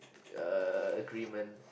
uh agreement